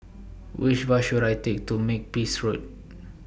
Which Bus should I Take to Makepeace Road